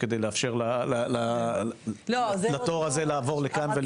כדי לאפשר לתור הזה לעבור לכאן ולפתור כאן את הבעיה?